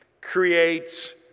creates